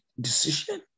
decision